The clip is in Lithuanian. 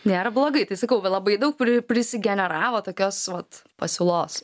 nėra blogai tai sakau labai daug prie prisigeneravo tokios pat pasiūlos